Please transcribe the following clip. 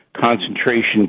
concentration